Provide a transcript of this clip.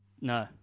No